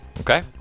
okay